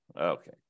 Okay